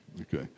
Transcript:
okay